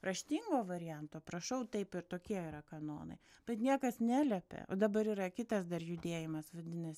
raštingo varianto prašau taip ir tokie yra kanonai bet niekas neliepia o dabar yra kitas dar judėjimas vadinasi